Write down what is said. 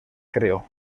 creó